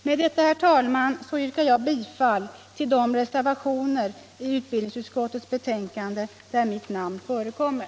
Med detta, herr talman, yrkar jag bifall till de reservationer i utbild ningsutskottets betänkande där mitt namn förekommer.